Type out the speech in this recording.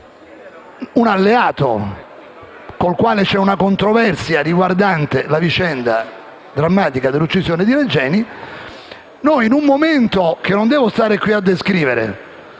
un alleato con il quale c'è una controversia riguardante la vicenda drammatica dell'uccisione di Regeni e non devo stare qui a descrivere